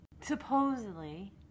Supposedly